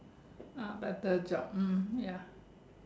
ah better job mm ya